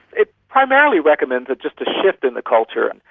it primarily recommends but just a shift in the culture. and